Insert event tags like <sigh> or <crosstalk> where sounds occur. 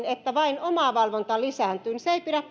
<unintelligible> että vain omavalvonta lisääntyy niin se ei pidä